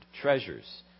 treasures